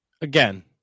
again